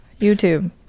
YouTube